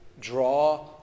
draw